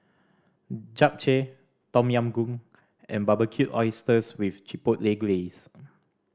Japchae Tom Yam Goong and Barbecued Oysters with Chipotle Glaze